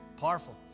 Powerful